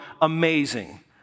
amazing